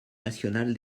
nationale